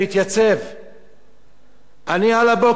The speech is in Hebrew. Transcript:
אני על הבוקר קמתי, אמרתי, אני חייב לבוא לכנסת.